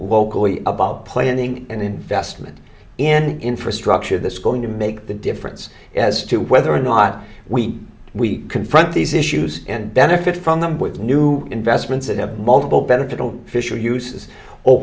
locally about planning and investment in infrastructure that's going to make the difference as to whether or not we we confront these issues and benefit from them with new investments that have multiple benefit on fish or uses or